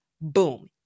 Boom